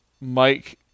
Mike